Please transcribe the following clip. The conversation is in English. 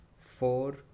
four